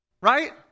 right